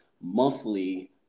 monthly